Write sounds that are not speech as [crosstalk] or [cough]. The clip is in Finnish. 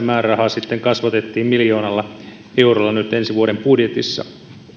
[unintelligible] määrärahaa sitten kasvatettiin miljoonalla eurolla nyt ensi vuoden budjetissa